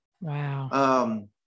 Wow